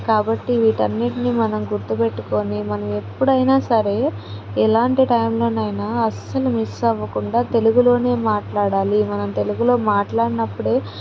కాబట్టి వీటన్నిటినీ మనం గుర్తు పెట్టుకొని మనం ఎప్పుడైనా సరే ఎలాంటి టైంలోనైనా అస్సలు మిస్ అవ్వకుండా తెలుగులోనే మాట్లాడాలి మనం తెలుగులో మాట్లాడినప్పుడే